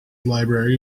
library